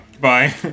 Bye